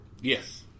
yes